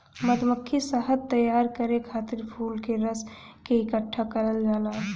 मधुमक्खी शहद तैयार करे खातिर फूल के रस के इकठ्ठा करल जाला